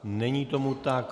Není tomu tak.